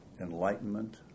Enlightenment